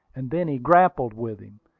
and then he grappled with him.